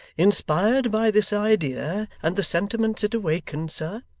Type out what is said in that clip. inspired by this idea and the sentiments it awakened, sir,